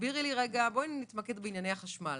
בואי נתמקד בענייני החשמל.